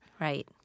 Right